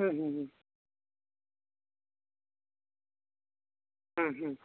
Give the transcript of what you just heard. ᱦᱩᱸ ᱦᱩᱸ ᱦᱩᱸ ᱦᱩᱸ ᱦᱩᱸ